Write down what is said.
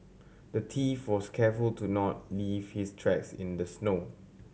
the thief was careful to not leave his tracks in the snow